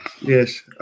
Yes